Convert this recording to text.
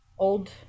old